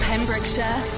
Pembrokeshire